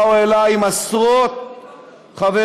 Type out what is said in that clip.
באו אלי, עם עשרות חברים.